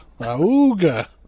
Auga